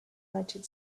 united